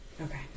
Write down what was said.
Okay